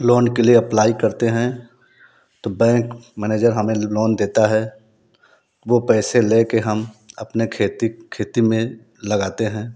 loan के लिए apply करते है तो बैंक मैनेजर हमें लोन देता है वो पैसे लेके हम अपने खेती खेती मे लगाते है